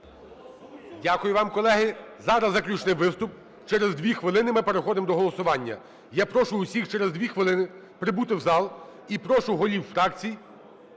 Дякую вам, колеги. Зараз заключний виступ. Через 2 хвилини ми переходимо до голосування. Я прошу всіх через 2 хвилини прибути в зал, і прошу голів фракцій